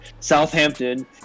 Southampton